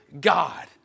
God